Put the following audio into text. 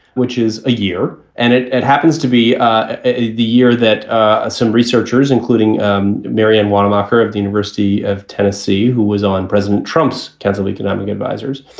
which is a year. and it it happens to be ah the year that ah some researchers, including um mary ann wannemacher of the university of tennessee, who was on president trump's council of economic advisors.